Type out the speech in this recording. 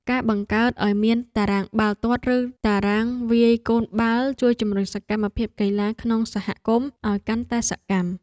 ការបង្កើតឱ្យមានតារាងបាល់ទាត់ឬតារាងវាយកូនបាល់ជួយជម្រុញសកម្មភាពកីឡាក្នុងសហគមន៍ឱ្យកាន់តែសកម្ម។